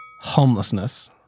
Homelessness